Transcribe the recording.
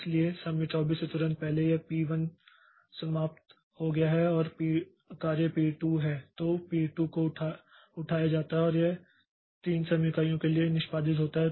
इसलिए समय 24 से तुरंत पहले यह पी 1 समाप्त हो गया है अब कार्य पी 2 है तो पी 2 को उठाया जाता है और यह 3 समय इकाइयों के लिए निष्पादित होता है